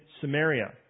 Samaria